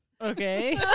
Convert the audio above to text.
okay